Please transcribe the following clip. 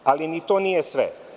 Ali, ni to nije sve.